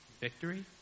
victory